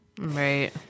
Right